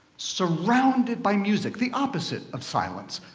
surrounded by music, the opposite of silence.